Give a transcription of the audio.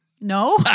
No